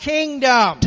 Kingdom